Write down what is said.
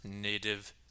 native